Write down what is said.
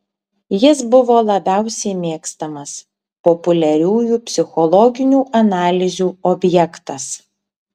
jis buvo labiausiai mėgstamas populiariųjų psichologinių analizių objektas